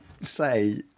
say